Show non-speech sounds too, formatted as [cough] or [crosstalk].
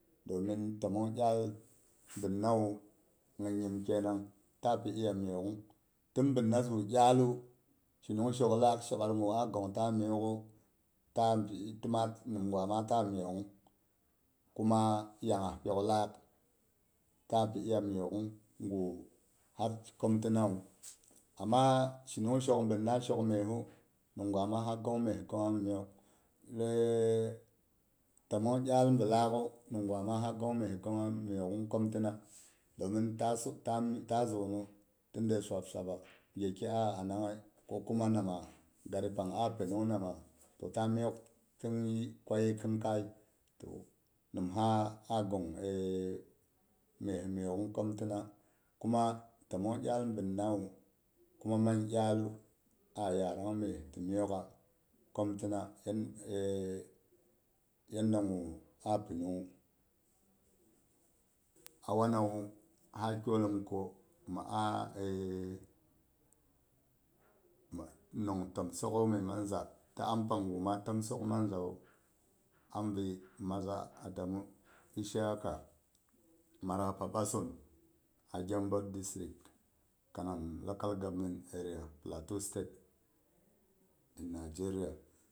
Domin timmong iyal bin nawu nyim nyim ke man ta pi iya miyoghn tin binna zu iyallu shinu shok lak shokhat du gu a gong ta miyokhu ta bi ta mesgwa mata mwa kuma yahas pyok lak ta pi iya miyoghn gu har khim tinawu amma shinung shok bin na shok messu nimgwa ma ha gongha mes gongha miyogh lai timong iyal bilak mingwa ma ha gong mes gongha miyogh khomtina an ta zonnu dei swap swabba ki a anangye ko kuma nama gari pang a pinung nama to ta miyok mhi yi kwa yin khin kayi to nimha ha gong [hesitation] mah miyokn khom tana kuma timong iyal bin wu kuma mang iyallu a yad mes ti miyogha komtana yan [hesitation] yanda gu a pinung. A wanawu ha kyoollum ko mi a [hesitation] nong tim sokhom mai mang za, ti am pangu tim sok manza wa ambi, maza adamu ishaq, marafa basson a gyambar district kanam local governmen area plateau state in nigeria.